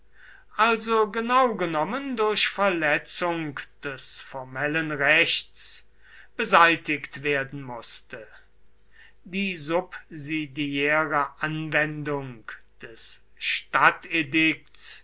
also genau genommen durch verletzung des formellen rechts beseitigt werden mußte die subsidiäre anwendung des